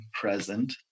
present